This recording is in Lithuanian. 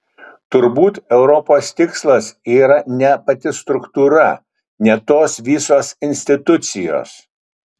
turbūt europos tikslas yra ne pati struktūra ne tos visos institucijos